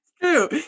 true